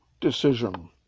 decision